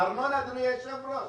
הארנונה, אדוני היושב-ראש?